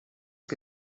que